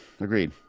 Agreed